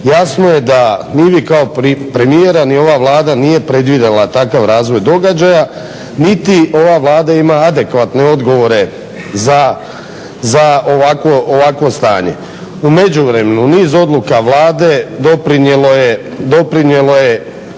jasno je da ni vi kao premijer, a ni ova Vlada nije predvidjela takav razvoj događaja niti ova Vlada ima adekvatne odgovore za ovakvo stanje. U međuvremenu niz odluka Vlade doprinijelo je